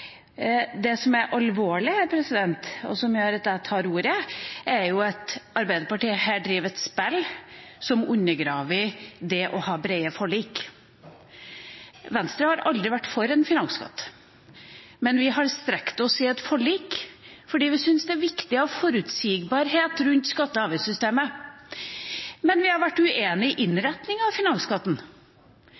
Det som er alvorlig, og som gjør at jeg tar ordet, er at Arbeiderpartiet her driver et spill som undergraver det å ha brede forlik. Venstre har aldri vært for en finansskatt, men vi har strukket oss i et forlik fordi vi syns det er viktig å ha forutsigbarhet rundt skatte- og avgiftssystemet. Men vi har vært uenig i innretningen på finansskatten.